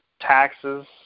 taxes